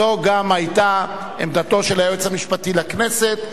זו גם היתה עמדתו של היועץ המשפטי לכנסת,